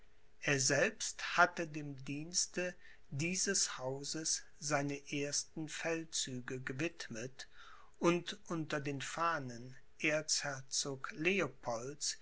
er selbst hatte dem dienste dieses hauses seine ersten feldzüge gewidmet und unter den fahnen erzherzog